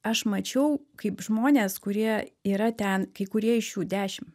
aš mačiau kaip žmonės kurie yra ten kai kurie iš jų dešim